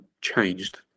changed